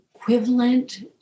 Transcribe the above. Equivalent